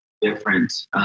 different